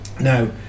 Now